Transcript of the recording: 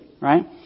right